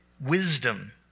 wisdom